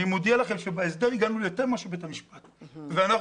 אני מודיע לכם שההסדר אליו הגענו הוא יותר כפי שקבע בית המשפט ואנחנו